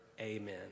Amen